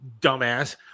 dumbass